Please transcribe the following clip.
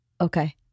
Okay